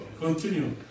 Continue